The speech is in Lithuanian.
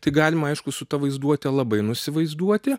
tai galima aišku su ta vaizduote labai nusivaizduoti